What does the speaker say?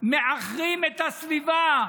מעכירים את הסביבה,